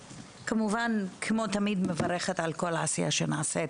כמובן כמו תמיד אני מברכת על כל עשייה שנעשית,